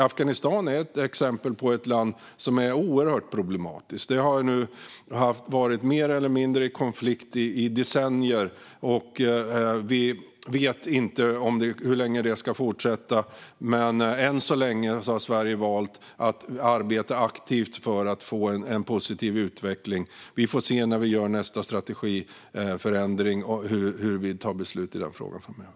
Afghanistan är exempel på ett land som är oerhört problematiskt. Det har nu varit mer eller mindre i konflikt i decennier, och vi vet inte hur länge det ska fortsätta. Men än så länge har Sverige valt att arbeta aktivt för att få en positiv utveckling. Vi får se när vi gör nästa strategiförändring och hur vi tar beslut i den frågan framöver.